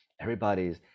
everybody's